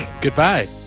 Goodbye